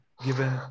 given